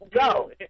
go